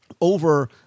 over